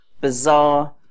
bizarre